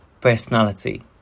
personality